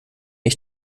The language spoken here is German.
ich